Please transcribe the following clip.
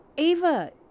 Ava